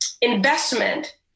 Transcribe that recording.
investment